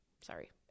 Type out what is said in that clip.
Sorry